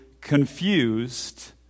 confused